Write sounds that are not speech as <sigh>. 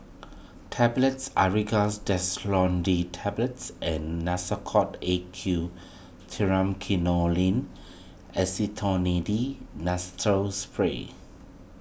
Tablets Aerius Desloratadine Tablets and Nasacort A Q <unintelligible> Acetonide <unintelligible> Spray